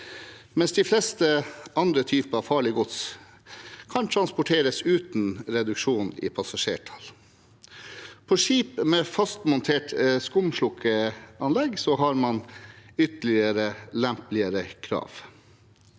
mens de fleste andre typer farlig gods kan transporteres uten reduksjon i passasjertall. På skip med fastmontert skumslukkeanlegg har man ytterligere lempelige krav.